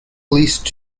least